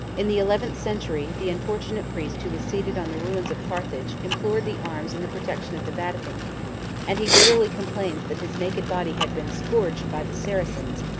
in the eleventh century, the unfortunate priest who was seated on the ruins of carthage implored the arms and the protection of the vatican and he bitterly complains that his naked body had been scourged by the saracens,